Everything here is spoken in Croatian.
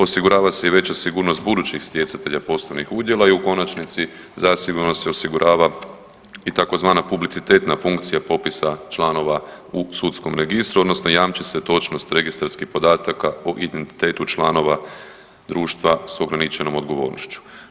Osigurava se i veća sigurnost budućih stjecatelja poslovnih udjela i u konačnici zasigurno se osigurava i tzv. publicitetna funkcija popisa članova u sudskom registru odnosno jamči se točnost registarskih podataka o identitetu članova društva s ograničenom odgovornošću.